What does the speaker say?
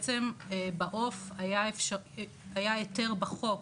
בעצם בעוף היה היתר בחוק